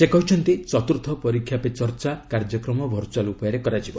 ସେ କହିଛନ୍ତି ଚତୁର୍ଥ 'ପରୀକ୍ଷା ପେ ଚର୍ଚ୍ଚା' କାର୍ଯ୍ୟକ୍ରମ ଭର୍ଚୁଆଲ୍ ଉପାୟରେ ହେବ